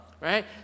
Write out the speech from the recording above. right